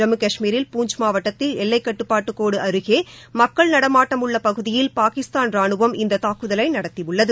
ஜம்மு காஷ்மீரில் பூஞ்ச் மாவட்டத்தில் எல்லைக்கட்டுப்பாட்டு கோடு அருகே மக்கள் நடமாட்டம் உள்ள பகுதியில் பாகிஸ்தான் ராணுவம் இந்த தாக்குதலை நடத்தியுள்ளது